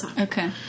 okay